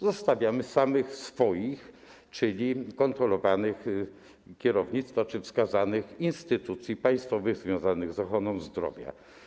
Zostawiamy samych swoich, czyli kontrolowanych, kierownictwo czy wskazane instytucje państwowe związane z ochroną zdrowia.